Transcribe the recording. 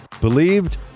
believed